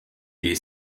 est